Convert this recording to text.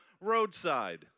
roadside